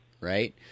right